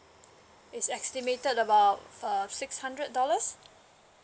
it's estimated about err six hundred dollars